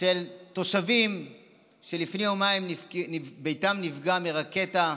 של תושבים שלפני יומיים ביתם נפגע מרקטה,